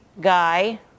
Guy